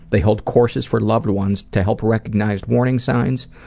they hold courses for loved ones to help recognize warning signs,